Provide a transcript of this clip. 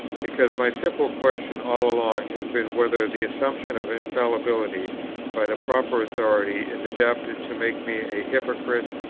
because my simple question all along has been whether the assumption of infallibility by the proper authority is adapted to make me a hypocrite,